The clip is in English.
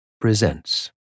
presents